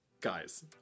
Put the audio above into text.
Guys